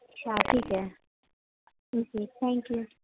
اچھا ٹھیک ہے ٹھیک ہے تھینک یو